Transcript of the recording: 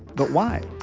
but why?